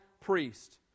priest